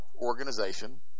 organization